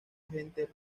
agente